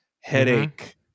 headache